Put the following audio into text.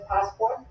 passport